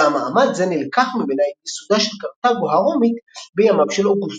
אולם מעמד זה נלקח ממנה עם ייסודה של קרתגו הרומית בימיו של אוגוסטוס.